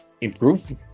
improve